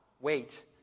Wait